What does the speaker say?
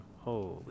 Holy